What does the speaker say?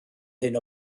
hyn